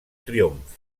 triomf